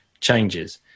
changes